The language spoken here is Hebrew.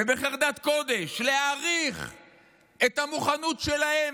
ובחרדת קודש להעריך את המוכנות שלהם,